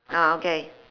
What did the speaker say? ah okay